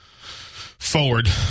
forward